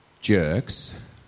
jerks